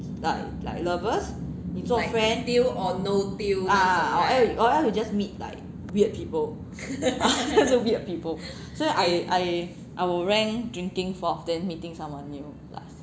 like like lovers 你做 friend ah ah or else or else you just meet like weird people ah weird people so I I I will rank drinking fourth then meeting someone new last